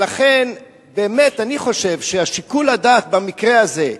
ולכן, באמת, אני חושב ששיקול הדעת במקרה הזה,